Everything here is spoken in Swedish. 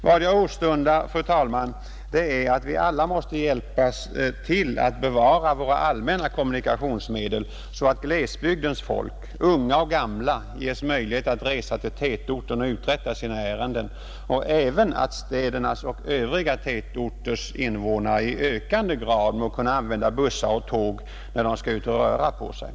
Vad jag åstundar, fru talman, det är att vi alla må hjälpa till att bevara våra allmänna kommunikationsmedel så att glesbygdens folk, unga och gamla, ges möjligheter att resa till tätorten och uträtta sina ärenden och även att städernas och övriga tätorters innevånare i ökande grad må kunna använda bussar och tåg när de skall ut och röra på sig.